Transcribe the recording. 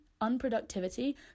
unproductivity